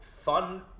Fun